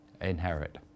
inherit